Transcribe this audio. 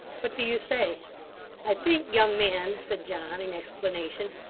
what do you say i think, young man said john, in explanation,